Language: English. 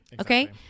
Okay